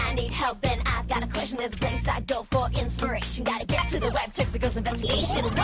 and need help, and i've got a question there's a place i go for inspiration gotta get to the web, check the girls' investigation